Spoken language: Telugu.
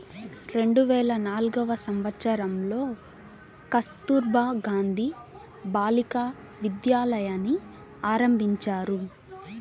రెండు వేల నాల్గవ సంవచ్చరంలో కస్తుర్బా గాంధీ బాలికా విద్యాలయని ఆరంభించారు